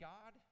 God